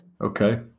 Okay